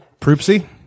Proopsie